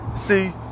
See